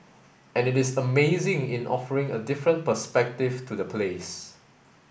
and it is amazing in offering a different perspective to the place